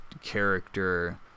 character